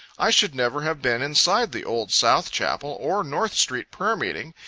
i should never have been inside the old south chapel, or north street prayer meeting,